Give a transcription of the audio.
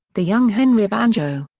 the young henry of anjou.